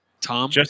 Tom